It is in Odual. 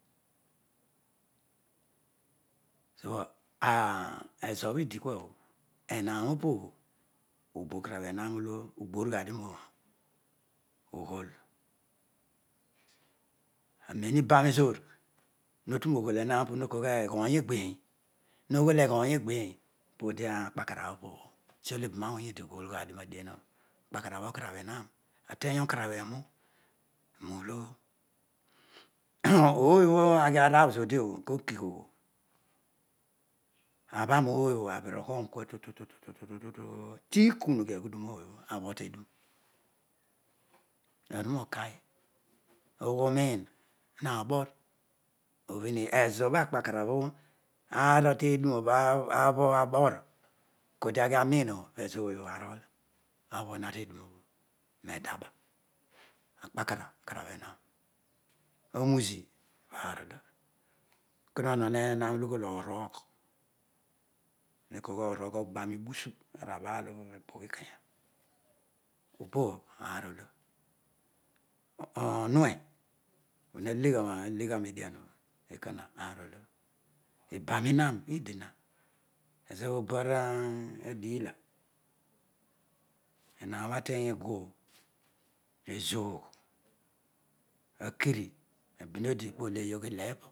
ezo bho idikua bho ehan opobho obokarabh ehan olo oghorughadio ro ghool apeu iban ezoor totu rooghool ehan opobho ho kool gha eghoor egheein hoghool eghool egheein podiakpakara oopobho, tesiolo ibamawory idi oghool ghu ghadio roadien okpararabh okarabh eham ateiny okarabh erou riolo ooy obho aghi arabh zodio bho koki obho abha n ooy obho aghirohoro kua tututu tukurughi aghudun ooy obho abho teduro auruookaii ushi uroiin haboor ezobho akparaj ototro aroteduroo bho ajho aboor kodiaghi aroiin obho pezo ooy obho arol abho na tediiroo bho roedaba kpakarabh okarabh ehan aroiizi aar olo kunni ohoh eham oto ughol ooroogh eedi hekolugha oroogh ogbaroi gbusu naraabaal abugh ikeya opobtro aar olo oohuw, obho halegha roedian obho ekona aar olo ibaro imaro idina ezobho oba adula iwajo obho iteny isu obho ezoogh akiri abin odi oleeyogh llebo.